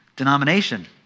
Denomination